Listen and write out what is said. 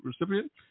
recipient